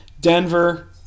Denver